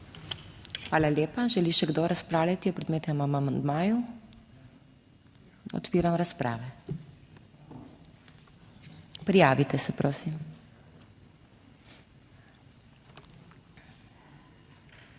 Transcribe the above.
Hvala lepa. Želi še kdo razpravljati o predmetnem amandmaju? Odpiram razpravo. Prijavite se, prosim.